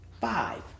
five